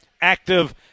active